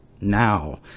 now